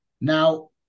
Now